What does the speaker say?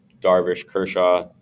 Darvish-Kershaw